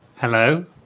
Hello